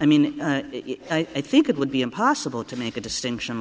i mean i think it would be impossible to make a distinction